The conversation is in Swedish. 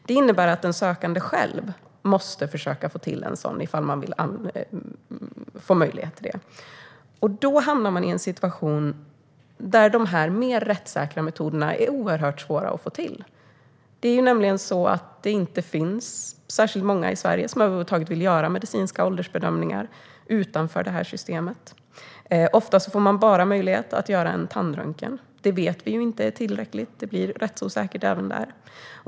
Det innebär att den sökande själv måste få till stånd en sådan om denne vill. Då blir det en situation där det är svårt att få tillgång till de mer rättssäkra metoderna. Det finns inte särskilt många i Sverige som är beredda att göra medicinska åldersbedömningar utanför systemet. Ofta är det bara möjligt att göra en tandröntgen, och vi vet att det inte är tillräckligt. Det blir rättsosäkert även där.